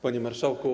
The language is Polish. Panie Marszałku!